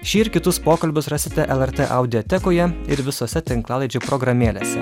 šį ir kitus pokalbius rasite lrt audiotekoje ir visose tinklalaidžių programėlėse